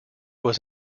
was